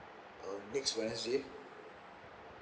uh next wednesday